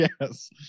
Yes